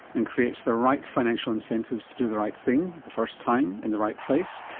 and creates the right financial incentives to do the right thing the first time in the right place.